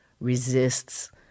resists